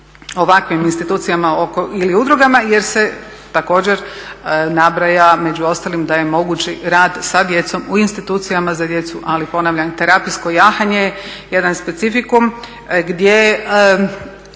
ovakvim institucijama ili udrugama jer se također nabraja među ostalim da je mogući rad sa djecom u institucijama za djecu. Ali ponavljam, terapijsko jahanje je jedan specifikum gdje